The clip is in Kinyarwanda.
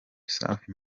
safi